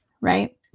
right